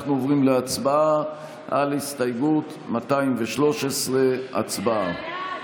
אנחנו עוברים להצבעה על הסתייגות 213. הצבעה.